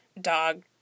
dog